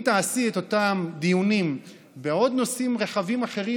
אם תעשי את אותם דיונים בעוד נושאים רחבים אחרים,